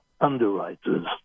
underwriters